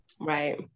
Right